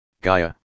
Gaia